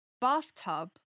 bathtub